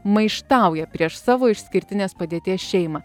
maištauja prieš savo išskirtinės padėties šeimą